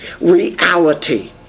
Reality